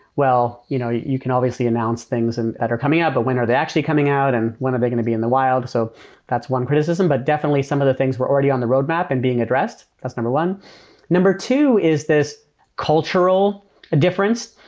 well, you know you can always see announced things and that are coming up, but when are they actually coming out and when are they going to be in the wild? so that's one criticism, but definitely some of the things were already on the roadmap and being addressed. that's number one number two is this cultural difference.